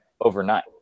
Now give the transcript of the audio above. overnight